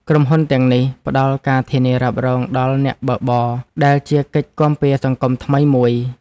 ក្រុមហ៊ុនទាំងនេះផ្ដល់ការធានារ៉ាប់រងដល់អ្នកបើកបរ ដែលជាកិច្ចគាំពារសង្គមថ្មីមួយ។